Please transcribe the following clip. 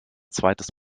zweites